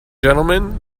gentlemen